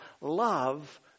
Love